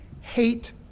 hate